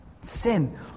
sin